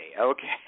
Okay